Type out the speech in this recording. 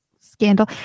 scandal